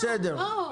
בסדר.